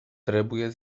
trebuie